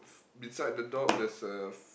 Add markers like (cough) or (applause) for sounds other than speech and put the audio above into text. (noise) beside the dog there's a f~